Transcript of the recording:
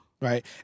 Right